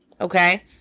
Okay